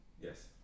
Yes